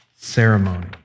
Ceremony